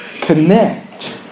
connect